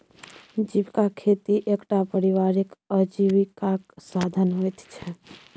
जीविका खेती एकटा परिवारक आजीविकाक साधन होइत छै